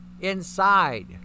inside